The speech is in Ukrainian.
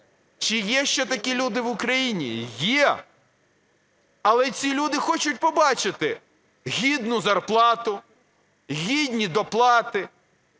Чи є ще такі люди в Україні? Є. Але ці люди хочуть побачити гідну зарплату, гідні доплати,